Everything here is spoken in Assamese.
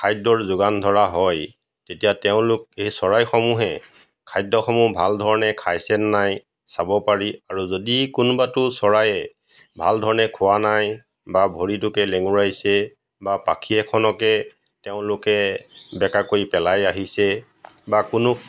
খাদ্যৰ যোগান ধৰা হয় তেতিয়া তেওঁলোক এই চৰাইসমূহে খাদ্যসমূহ ভাল ধৰণে খাইছে নে নাই চাব পাৰি আৰু যদি কোনোবাটো চৰায়ে ভাল ধৰণে খোৱা নাই বা ভৰিটোকে লেঙুৰাইছে বা পাখি এখনকে তেওঁলোকে বেঁকা কৰি পেলাই আহিছে বা কোনো